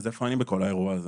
איפה אני בכל האירוע הזה?